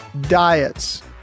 Diets